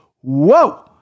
whoa